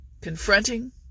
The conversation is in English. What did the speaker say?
confronting